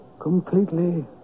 completely